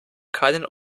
keinen